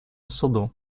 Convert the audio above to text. суду